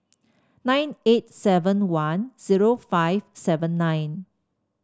nine eight seven one zero five seven nine